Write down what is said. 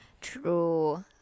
True